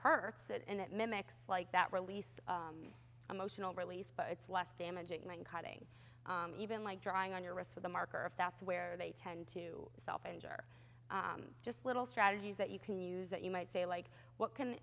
hurts it and it mimics like that release emotional release but it's less damaging than cutting even like drying on your wrists with a marker if that's where they tend to self injure just little strategies that you can use that you might say like what can